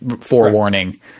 forewarning